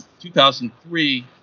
2003